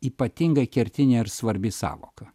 ypatingai kertinė ir svarbi sąvoka